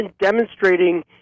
demonstrating